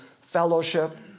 fellowship